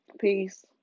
Peace